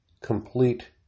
complete